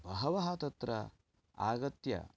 बहवः तत्र आगत्य